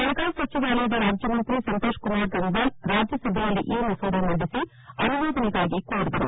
ಹಣಕಾಸು ಸಚಿವಾಲಯದ ರಾಜ್ಯಮಂತ್ರಿ ಸಂತೋಷ್ ಕುಮಾರ್ ಗಂಗ್ಲಾಲ್ ರಾಜ್ಯಸಭೆಯಲ್ಲಿ ಈ ಮಸೂದೆ ಮಂಡಿಸಿ ಅನುಮೋದನೆಗಾಗಿ ಕೋರಿದರು